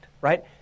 right